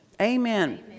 Amen